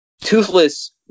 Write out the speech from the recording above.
Toothless